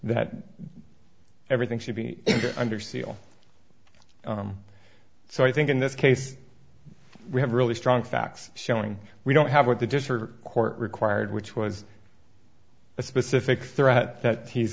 that everything should be under seal so i think in this case we have really strong facts showing we don't have what the disorder court required which was a specific threat that he's